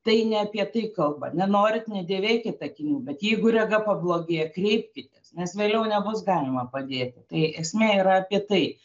tai ne apie tai kalba nenorit nedėvėkit akinių bet jeigu rega pablogė kreipkitės nes vėliau nebus galima padėti tai esmė yra apie tai